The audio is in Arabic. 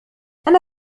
أنا